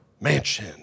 mansion